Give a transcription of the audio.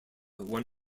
won